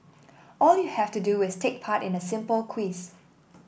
all you have to do is take part in a simple quiz